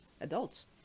adults